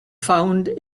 found